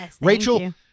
Rachel